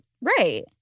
Right